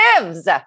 lives